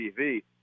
TV